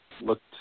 looked